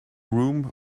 room